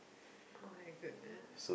oh-my-goodness